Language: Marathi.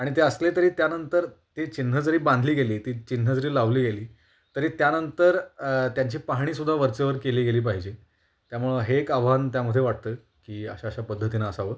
आणि ते असले तरी त्यानंतर ती चिन्हं जरी बांधली गेली ती चिन्हं जरी लावली गेली तरी त्यानंतर त्यांची पाणीसुद्धा वरचेवर केली गेली पाहिजे त्यामुळं हे एक आव्हान त्यामध्ये वाटतं की अशा अशा पद्धतीनं असावं